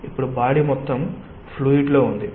ఇప్పుడు బాడి మొత్తం ఫ్లూయిడ్ లో ఉంది